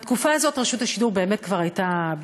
בתקופה הזאת רשות השידור באמת כבר הייתה,